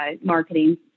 marketing